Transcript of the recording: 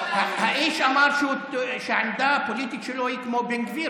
האיש אמר שהעמדה הפוליטית שלו היא כמו של בן גביר,